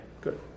Good